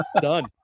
Done